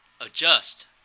adjust